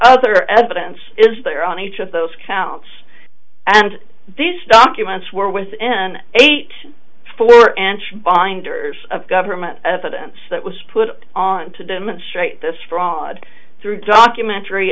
other evidence is there on each of those counts and these documents were with n eight four anshan binders of government evidence that was put on to demonstrate this fraud through documentary